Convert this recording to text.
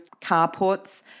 carports